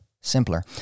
Simpler